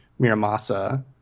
Miramasa